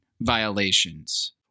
violations